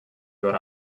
got